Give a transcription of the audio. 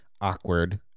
awkward